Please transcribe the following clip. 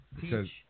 Teach